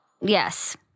yes